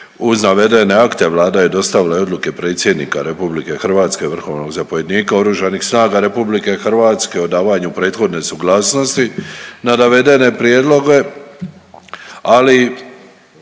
uz navedene akte Vlada je dostavila i odluke Predsjednika RH, vrhovnog zapovjednika oružanih snaga RH o davanju prethodne suglasnosti na naveden prijedloge ali